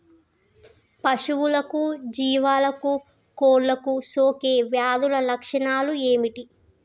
పశువులకు జీవాలకు కోళ్ళకు సోకే వ్యాధుల లక్షణాలు ఏమిటి?